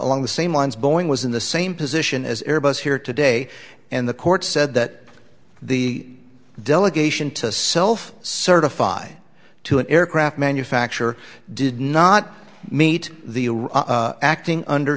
along the same lines bowing was in the same position as airbus here today and the court said that the delegation to self certify to an aircraft manufacturer did not meet the acting under